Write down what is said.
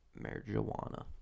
marijuana